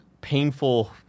painful